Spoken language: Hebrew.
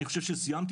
אני חושב שסיימתי,